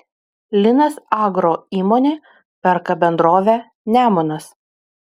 linas agro įmonė perka bendrovę nemunas